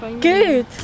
Good